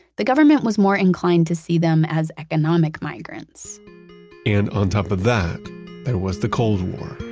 the government was more inclined to see them as economic migrants and on top of that, there was the cold war